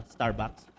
Starbucks